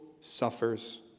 suffers